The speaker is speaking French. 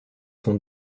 sont